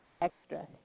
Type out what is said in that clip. extra